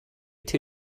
two